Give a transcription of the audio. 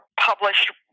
published